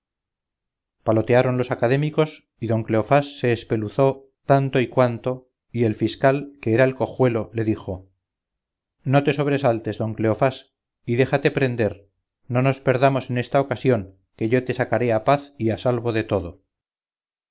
evangelio palotearon los académicos y don cleofás se espeluzó tanto y cuanto y el fiscal que era el cojuelo le dijo no te sobresaltes don cleofás y déjate prender no nos perdamos en esta ocasión que yo te sacaré a paz y a salvo de todo